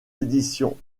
éditions